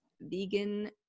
vegan